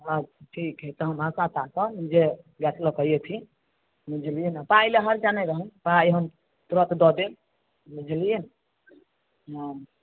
अच्छा ठीक हय तब हम आशा ताकब जे गैस लऽ के अयथिन बुझलियै ने पाइ लऽ हर्जा नहि रहल पाइ हम तुरत दऽ देब बुझलियै ने हँ